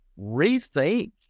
rethink